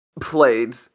played